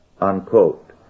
Unquote